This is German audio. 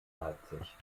leipzig